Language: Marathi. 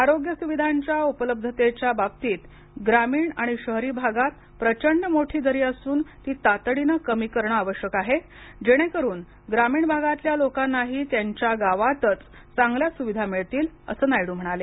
आरोग्य सुविधांच्या उपलब्धतेच्या बाबतीत ग्रामीण आणि शहरी भागात प्रचंड मोठी दरी असून ती तातडीनं कमी करणं आवश्यक आहे जेणेकरून ग्रामीण भागातल्या लोकांनाही त्यांच्या गावातच चांगल्या सुविधा मिळतील असं नायडू म्हणाले